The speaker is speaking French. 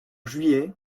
juillet